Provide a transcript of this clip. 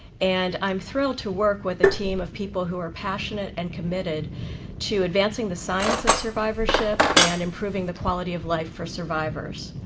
and i'm thrilled to work with a team of people who are passionate and committed to advancing the science of survivorship and improving the quality of life for survivors.